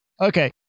Okay